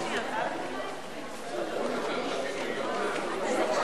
כספי הקצבות והגנת נכסים למטרות חינוך) (תיקון,